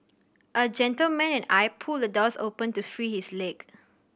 a gentleman and I pulled the doors open to free his leg